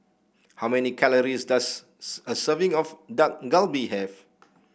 how many calories does a serving of Dak Galbi have